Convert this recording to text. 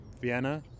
Vienna